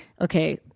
Okay